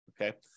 okay